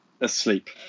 asleep